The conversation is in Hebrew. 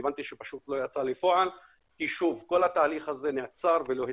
והבנתי שזה לא יצא לפועל כי כל התהליך הזה נעצר ולא התקדם.